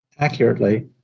accurately